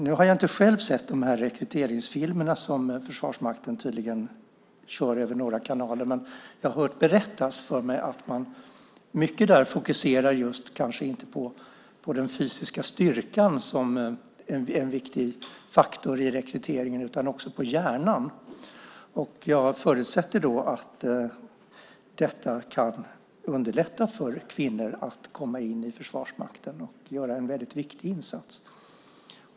Nu har jag inte själv sett de rekryteringsfilmer som Försvarsmakten tydligen kör över några kanaler, men jag har hört berättas att man där mycket fokuserar kanske inte på den fysiska styrkan som en viktig faktor i rekryteringen utan på hjärnan. Jag förutsätter att detta kan underlätta för kvinnor att komma in i Försvarsmakten och göra en väldigt viktig insats.